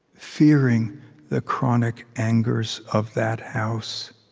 fearing the chronic angers of that house